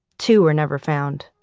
two were never found